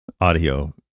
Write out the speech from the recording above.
audio